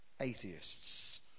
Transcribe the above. atheists